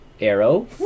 Arrow